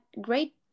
great